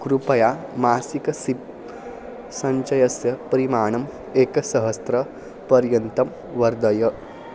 कृपया मासिक सिप् सञ्चयस्य परिमाणम् एकसहस्रपर्यन्तं वर्धय